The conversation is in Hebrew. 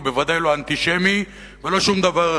הוא בוודאי לא אנטישמי ולא שום דבר אחר.